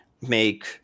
make